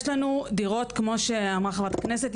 כמו שאמרה חברת הכנסת,